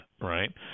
right